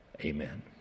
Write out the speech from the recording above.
amen